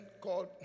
called